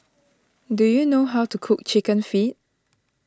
do you know how to cook Chicken Feet